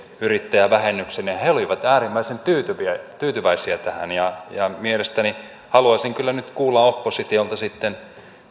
yrittäjävähennyksen ja he olivat äärimmäisen tyytyväisiä tyytyväisiä tähän haluaisin kyllä nyt kuulla oppositiolta sitten